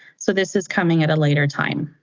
so this is coming at a later time.